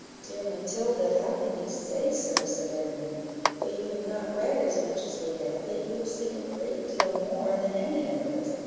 dear matilda, how can you say so? said edmund though you have not read as much as we have, yet you have seen a great deal more than any of us,